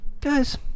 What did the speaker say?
guys